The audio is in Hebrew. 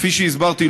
כפי שהסברתי,